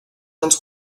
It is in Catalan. els